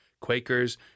Quakers